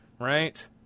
Right